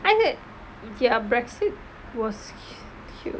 why did ya brexit was huge